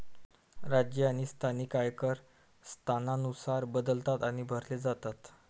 राज्य आणि स्थानिक आयकर स्थानानुसार बदलतात आणि भरले जातात